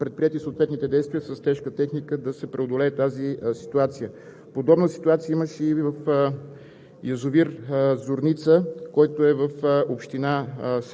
Основният изпускател е запушен поради свличане на земни маси и са предприети съответните действия с тежка техника да се преодолее тази ситуация. Подобна ситуация имаше и в